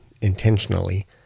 intentionally